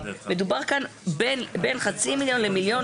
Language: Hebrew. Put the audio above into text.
מדובר כאן בין חצי מיליון למיליון,